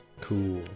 Cool